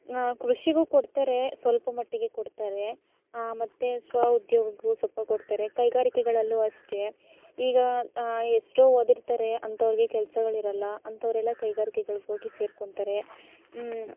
ಕೃಷಿಗೂ ಕೊಡ್ತಾರೆ ಸ್ವಲ್ಪ ಮಟ್ಟಿಗೆ ಕೊಡ್ತಾರೆ ಮತ್ತೆ ಸ್ವ ಉದ್ಯೋಗಕ್ಕೂ ಸ್ವಲ್ಪ ಕೊಡ್ತಾರೆ ಕೈಗಾರಿಕೆಗಳಲ್ಲು ಅಷ್ಟೇ ಈಗ ಎಷ್ಟೋ ಓದಿರ್ತಾರೆ ಅಂಥವರಿಗೆ ಕೆಲಸಗಳಿರಲ್ಲ ಅಂಥವರೆಲ್ಲ ಕೈಗಾರಿಕೆಗಳಿಗೆ ಹೋಗಿ ಸೇರ್ಕೋತಾರೆ